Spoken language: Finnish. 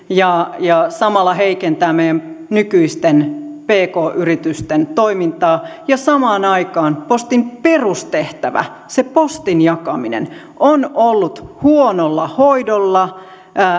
ja ja samalla heikentää meidän nykyisten pk yritysten toimintaa samaan aikaan postin perustehtävä se postin jakaminen on ollut huonolla hoidolla